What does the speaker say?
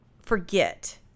forget